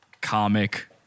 Comic